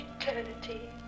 eternity